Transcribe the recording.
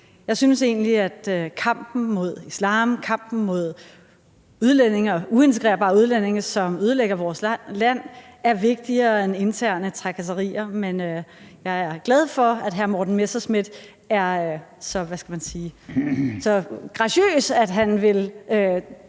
Jeg synes egentlig, at kampen mod islam, kampen mod udlændinge, uintegrerbare udlændinge, som ødelægger vores land, er vigtigere end interne trakasserier. Men jeg er glad for, at hr. Morten Messerschmidt er så graciøs, at han vil